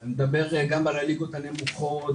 אני מדבר גם על הליגות הנמוכות,